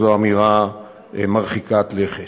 זו אמירה מרחיקה לכת.